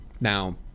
now